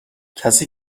کسی